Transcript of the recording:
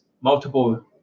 multiple